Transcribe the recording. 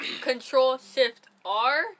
Control-Shift-R